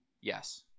Yes